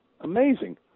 amazing